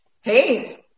Hey